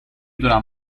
دونم